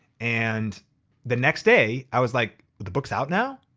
and the next day i was like the book's out now.